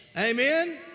Amen